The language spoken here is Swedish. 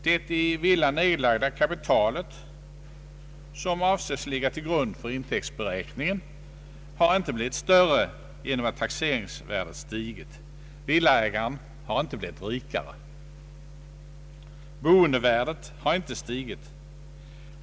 Det i villan nedlagda kapitalet, som avses ligga till grund för intäktsberäkningen, har inte blivit större genom att taxeringsvärdet stigit. Villaägaren har inte blivit rikare. Boendevärdet har inte stigit.